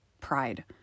pride